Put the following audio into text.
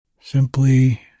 Simply